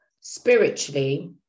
spiritually